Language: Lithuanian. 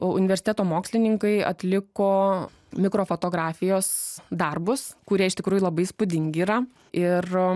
universiteto mokslininkai atliko mikrofotografijos darbus kurie iš tikrųjų labai įspūdingi yra ir